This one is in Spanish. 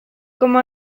como